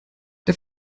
der